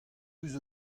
ouzh